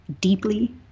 deeply